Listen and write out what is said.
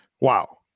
Wow